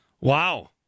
Wow